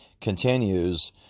continues